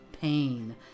pain